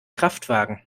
kraftwagen